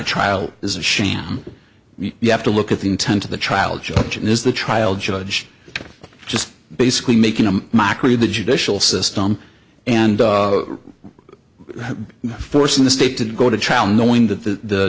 a trial is a sham you have to look at the intent of the trial judge and is the trial judge just basically making a mockery of the judicial system and forcing the state to go to trial knowing that the